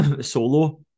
solo